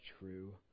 true